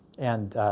and